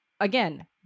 again